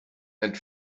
and